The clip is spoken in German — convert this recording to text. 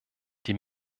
die